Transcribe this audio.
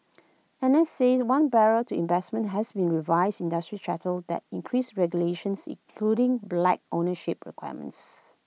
analysts say one barrier to investment has been A revised industry charter that increases regulations including black ownership requirements